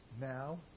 now